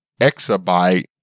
exabyte